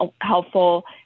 helpful